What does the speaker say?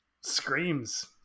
screams